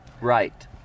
right